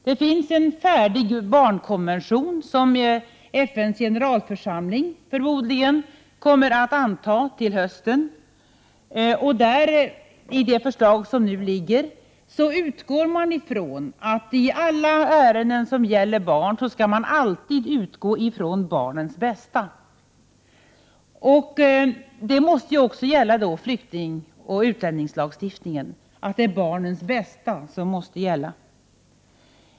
Det finns en färdig barnkonvention, som FN:s generalförsamling förmodligen kommer att anta till hösten. I det förslag som ligger utgår man från att man i alla ärenden som gäller barn alltid utgår från barnens bästa. Även i flyktingoch utlänningslagstiftningen måste barnens bästa gälla.